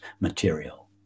material